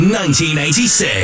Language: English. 1986